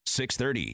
630